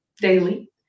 daily